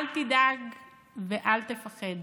אל תדאג ואל תפחד,